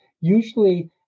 Usually